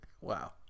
Wow